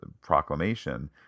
proclamation